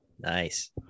nice